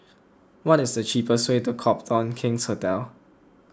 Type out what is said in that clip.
what is the cheapest way to Copthorne King's Hotel